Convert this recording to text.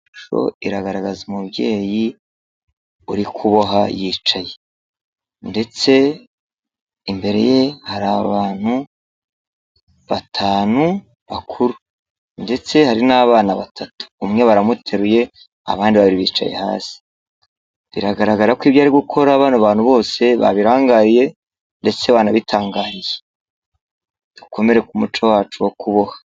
Ishusho iragaragaza umubyeyi urikuboha yicaye ndetse imbere ye hari abantu batanu bakuru ndetse hari n'abana batatu umwe baramuteruye abandi babiri bicaye hasi biragaragara ko ibyo ari gukora bano bantu bose babirangariye ndetse banabitangariye dukomere ku muco wacu wo kuboha.